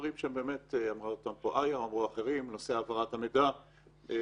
כמו שאמרה איה ואמרו אחרים לגבי נושא העברת המידע וכדומה